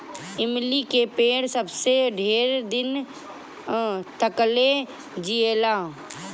इमली के पेड़ सबसे ढेर दिन तकले जिएला